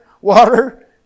water